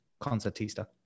concertista